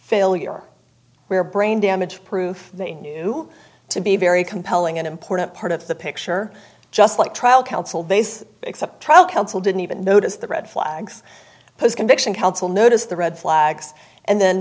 failure where brain damage proof they knew to be very compelling an important part of the picture just like trial counsel base except trial counsel didn't even notice the red flags post conviction counsel noticed the red flags and then